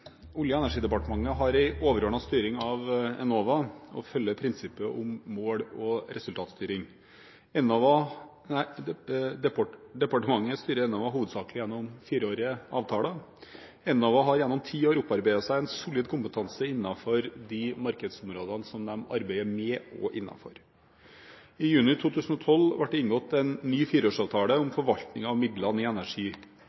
Olje- og energidepartementet har en overordnet styring av Enova og følger prinsippet om mål- og resultatstyring. Departementet styrer Enova hovedsakelig gjennom fireårige avtaler. Enova har gjennom ti år opparbeidet seg en solid kompetanse innenfor de markedsområdene som de arbeider med og innenfor. I juni 2012 ble det inngått en ny fireårsavtale om